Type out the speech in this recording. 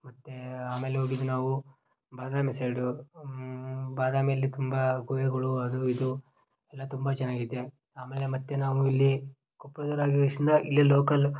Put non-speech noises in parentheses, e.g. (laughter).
ಮತ್ತೆ ಆಮೇಲೆ ಹೋಗಿದ್ ನಾವು ಬಾದಾಮಿ ಸೈಡು ಬಾದಾಮಿಯಲ್ಲಿ ತುಂಬ ಗುಹೆಗಳು ಅದು ಇದು ಎಲ್ಲ ತುಂಬ ಚೆನ್ನಾಗಿದೆ ಆಮೇಲೆ ಮತ್ತು ನಾವು ಇಲ್ಲಿ ಕೊಪ್ಪಳ್ದವ್ರು ಆಗಿ (unintelligible) ಇಲ್ಲಿಯೇ ಲೋಕಲ್